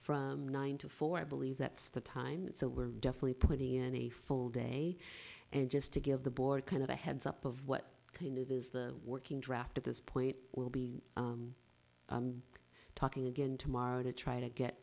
from nine to four i believe that's the time so we're definitely putting in a full day and just to give the board kind of a heads up of what kind of is the working draft at this point will be talking again tomorrow to try to get